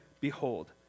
Behold